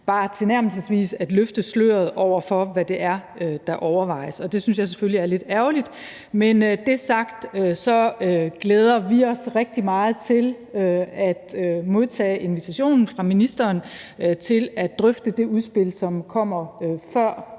bare tilnærmelsesvis at løfte sløret for, hvad det er, der overvejes, og det synes jeg selvfølgelig er lidt ærgerligt. Men det sagt, så glæder vi os rigtig meget til at modtage invitationen fra ministeren til at drøfte det udspil, som kommer, før